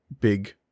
big